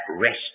rest